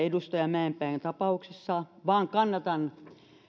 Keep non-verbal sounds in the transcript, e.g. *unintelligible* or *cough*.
*unintelligible* edustaja mäenpään tapauksessa vaan kannatan